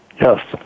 Yes